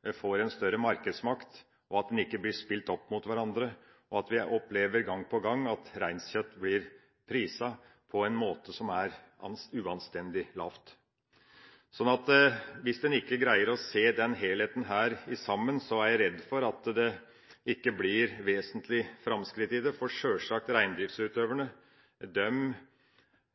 en ikke spilles opp mot hverandre, og at en ikke gang på gang opplever at reinkjøtt blir priset uanstendig lavt. Så hvis en ikke greier å se denne helheten, er jeg redd for at det ikke blir noen vesentlige framskritt i dette. For reindriftsutøverne